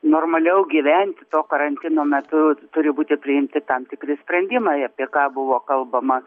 normaliau gyvent karantino metu turi būti priimti tam tikri sprendimai apie ką buvo kalbama